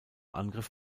angriff